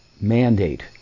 mandate